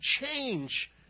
change